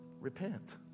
Repent